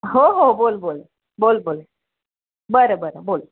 हो हो बोल बोल बोल बोल बरं बरं बोल